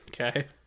Okay